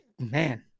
man